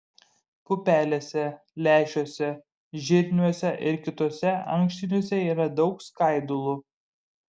pupelėse lęšiuose žirniuose ir kituose ankštiniuose yra daug skaidulų